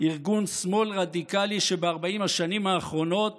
ארגון שמאל רדיקלי שב-40 השנים האחרונות